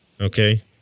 Okay